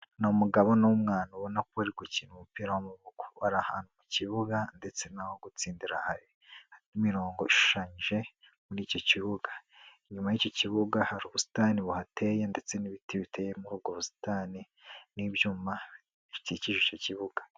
Ni umugabo n'umwana ubona ko bari gukina umupira w'amaboko bari ahantu mu kibuga ndetse naho gutsindira, hari imirongo ishushanyije muri icyo kibuga inyuma y'icyo kibuga hari ubusitani buhateye ndetse n'ibiti biteye muri ubwo busitani n'ibyuma bikikije kibuga.